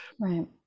Right